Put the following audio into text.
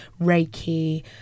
reiki